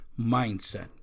mindset